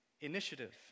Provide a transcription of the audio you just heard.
Initiative